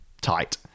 tight